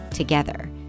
Together